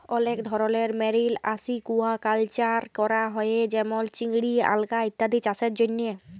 অলেক ধরলের marine aquaculture ক্যরা হ্যয়ে যেমল চিংড়ি, আলগা ইত্যাদি চাসের জন্হে